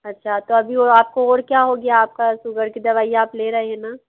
अच्छा तो अभी वो आपको और क्या हो गया आपकी सुगर की दवाई आप ले रहे है ना